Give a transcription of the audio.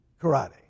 karate